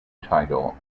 title